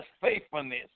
faithfulness